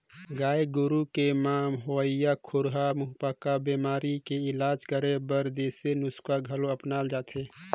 गाय गोरु के म होवइया खुरहा मुहंपका बेमारी के इलाज करे बर देसी नुक्सा घलो अपनाल जाथे